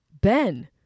Ben